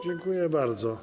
Dziękuję bardzo.